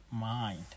mind